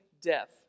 death